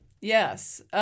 Yes